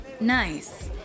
Nice